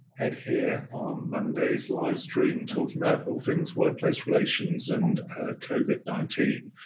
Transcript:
ed here on monday's live stream talking about all things workplace relations and covid nineteen.